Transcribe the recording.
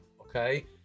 okay